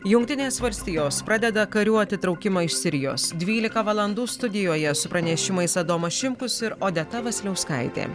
jungtinės valstijos pradeda karių atitraukimą iš sirijos dvylika valandų studijoje su pranešimais adomas šimkus ir odeta vasiliauskaitė